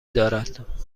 دارد